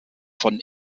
von